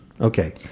Okay